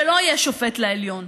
שלא יהיה שופט לעליון.